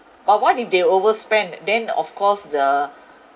but what if they overspend then of course the